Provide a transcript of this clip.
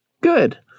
good